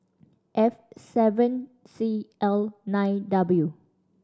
F seven C L nine W